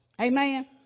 Amen